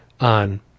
on